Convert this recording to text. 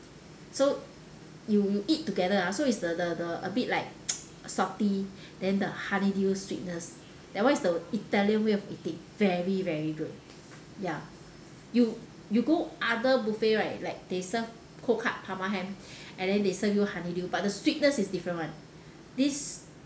so you you eat together ah so is the the the a bit like salty then the honey dew sweetness that one is the italian way of eating very very good ya you you go other buffet right like they serve cold cut parma ham and then they serve you honey dew but the sweetness is different [one] this